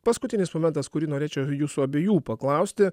paskutinis momentas kurį norėčiau jūsų abiejų paklausti